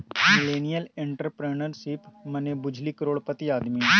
millennial entrepreneurship मने बुझली करोड़पति आदमी